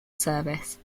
service